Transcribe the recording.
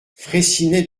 fraissinet